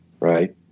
right